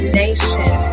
nation